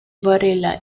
varela